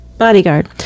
bodyguard